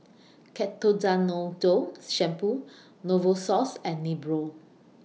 Ketoconazole Shampoo Novosource and Nepro